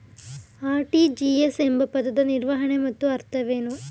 RTGS ಎಂಬ ಪದದ ವಿವರಣೆ ಮತ್ತು ಅರ್ಥವೇನು?